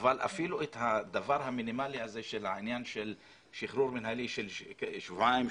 אפילו הדבר המינימלי הזה של שחרור מינהלי של שבועיים,